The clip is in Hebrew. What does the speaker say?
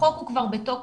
החוק כבר בתוקף,